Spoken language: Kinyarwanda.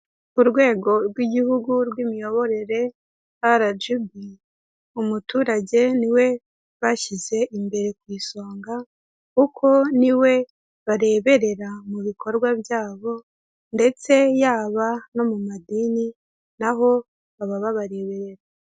Ku rwego rw'igihugu rw'imiyoborere aragibi, umuturage niwe bashyize imbere ku isonga kuko niwe bareberera mu bikorwa byabo ndetse yaba no mu madini naho baba babareberera.